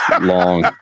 long